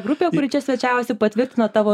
grupė kuri čia svečiavosi patvirtino tavo